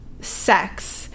sex